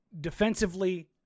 defensively